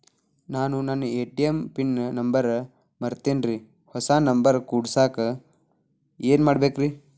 ನಾನು ನನ್ನ ATM PIN number ಮರ್ತೇನ್ರಿ, ಹೊಸಾ ನಂಬರ್ ಕುಡಸಾಕ್ ಏನ್ ಮಾಡ್ಬೇಕ್ರಿ?